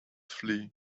flee